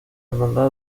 hermandad